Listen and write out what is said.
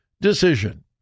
decision